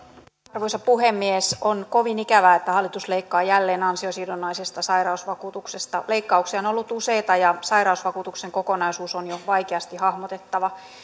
arvoisa puhemies on kovin ikävää että hallitus leikkaa jälleen ansiosidonnaisesta sairausvakuutuksesta leikkauksia on on ollut useita ja sairausvakuutuksen kokonaisuus on jo vaikeasti hahmotettava